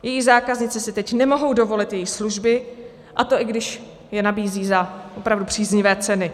Její zákaznice si teď nemohou dovolit její služby, a to i když je nabízí za opravdu příznivé ceny.